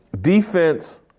defense